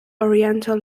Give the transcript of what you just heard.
oriental